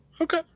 okay